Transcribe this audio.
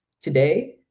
today